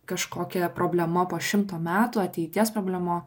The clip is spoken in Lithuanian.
kažkokia problema po šimto metų ateities problema